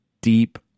deep